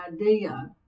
idea